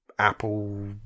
Apple